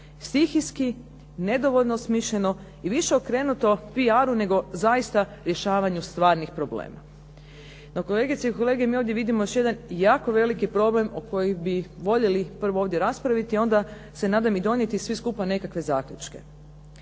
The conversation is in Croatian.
stihijski, nedovoljno osmišljeno i više okrenuto PR-u nego zaista rješavanju stvarnih problema. No kolegice i kolege, mi ovdje vidimo još jedan jako veliki problem o kojem bi voljeli prvo ovdje raspraviti, a onda se nadam i donijeti svi skupa nekakve zaključke.